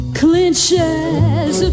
clinches